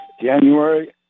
January